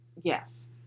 Yes